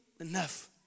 enough